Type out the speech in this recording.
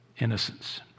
innocence